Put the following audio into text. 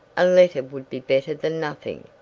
a letter would be better than nothing.